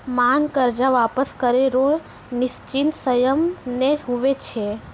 मांग कर्जा वापस करै रो निसचीत सयम नै हुवै छै